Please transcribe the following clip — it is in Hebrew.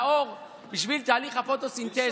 לאור, בשביל תהליך הפוטוסינתזה.